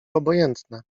obojętne